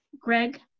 Greg